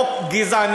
תודה.